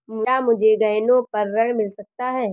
क्या मुझे गहनों पर ऋण मिल सकता है?